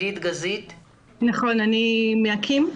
אני מאקי"ם.